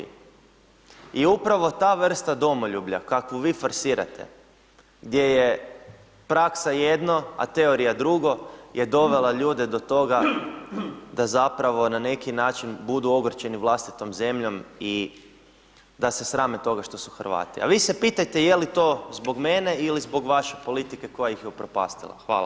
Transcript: I upravo ta vrsta domoljublja, kakvu vi forsirate, gdje je praksa jedno, a teorija drugo, je dovela ljude do toga da zapravo na neki način budu ogorčeni vlastitom zemljom i da se srame toga što su Hrvati, a vi se pitajte je li to zbog mene ili zbog vaše politike koja ih je upropastila.